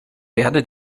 werde